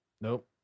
Nope